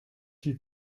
die